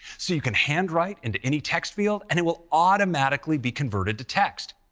so you can handwrite into any text field, and it will automatically be converted to text.